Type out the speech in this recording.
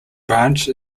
branch